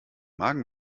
magen